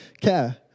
care